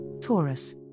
Taurus